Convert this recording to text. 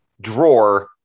drawer